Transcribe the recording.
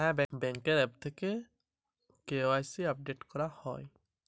ব্যাঙ্কের আ্যপ থেকে KYC update করা যায় কি?